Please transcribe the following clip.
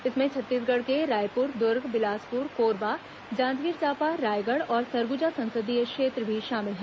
इसमें छत्तीसगढ़ के रायपुर दुर्ग बिलासपुर कोरबा जांजगीर चांपा रायगढ़ और सरगुजा संसदीय क्षेत्र भी शामिल हैं